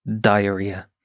diarrhea